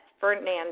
Fernandez